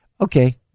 Okay